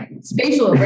Spatial